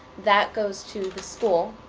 that goes to the school.